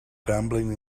gambling